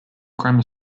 grammar